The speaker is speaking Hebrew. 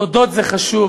תודות זה חשוב,